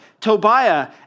Tobiah